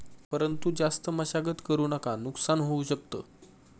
परंतु जास्त मशागत करु नका नुकसान होऊ शकत